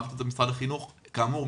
כאמור,